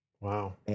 wow